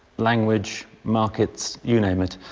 language, markets, you name it,